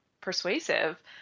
persuasive